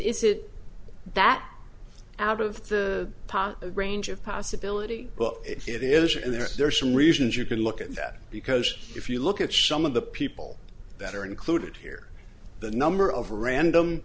is it that out of the pot the range of possibility but it isn't there there are some reasons you can look at that because if you look at some of the people that are included here the number of random